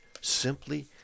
simply